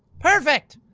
perfect!